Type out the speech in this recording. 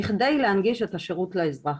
כדי להנגיש את השירות לאזרח